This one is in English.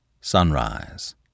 Sunrise